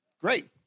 Great